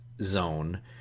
zone